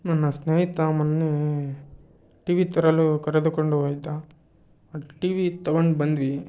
ನನ್ನ ಸ್ನೇಹಿತ ಮೊನ್ನೆ ಟಿ ವಿ ತರಲು ಕರೆದುಕೊಂಡು ಹೋಗಿದ್ದ ಅದು ಟಿ ವಿ ತಗೊಂಡು ಬಂದ್ವಿ